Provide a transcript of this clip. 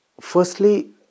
Firstly